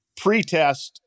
pretest